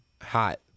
Hot